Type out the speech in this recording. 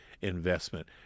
investment